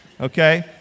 Okay